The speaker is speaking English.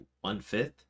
One-fifth